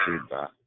feedback